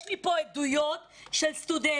יש לי פה עדויות של סטודנטים,